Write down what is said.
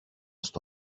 στο